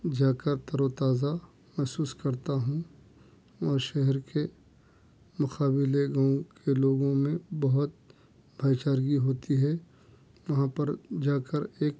جا کر تر و تازہ محسوس کرتا ہوں اور شہر کے مقابلہ گاؤں کے لوگوں میں بہت بھائی چارگی ہوتی ہے وہاں پر جا کر ایک